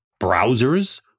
browsers